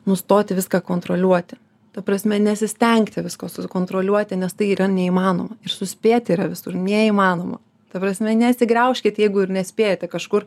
nustoti viską kontroliuoti ta prasme nesistengti visko sukontroliuoti nes tai yra neįmanoma ir suspėti yra visur neįmanoma ta prasme nesigraužkit jeigu ir nespėjate kažkur